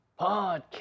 Podcast